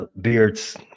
Beards